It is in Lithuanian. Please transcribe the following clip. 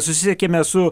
susisiekėme su